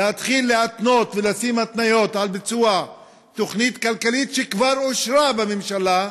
להתחיל להתנות ולשים התניות על ביצוע תוכנית כלכלית שכבר אושרה בממשלה,